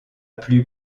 plus